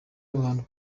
abantu